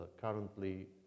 currently